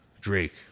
Drake